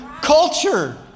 culture